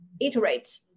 iterate